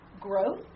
growth